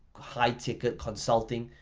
high-ticket consulting,